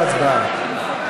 אצלי כתוב: תשובה והצבעה.